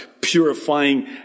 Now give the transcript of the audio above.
purifying